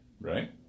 Right